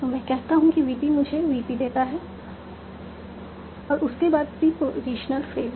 तो मैं कहता हूं कि VP मुझे VP देता है और उसके बाद एक प्रीपोजीशनल फ्रेज